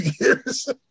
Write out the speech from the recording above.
years